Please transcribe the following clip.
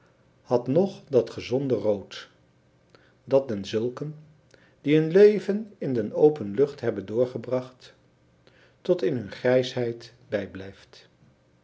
had nog dat gezonde rood dat denzulken die hun leven in de open lucht hebben doorgebracht tot in hun grijsheid bijblijft